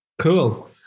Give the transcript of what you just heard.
Cool